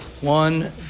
one